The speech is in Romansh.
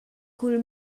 cul